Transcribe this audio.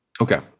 Okay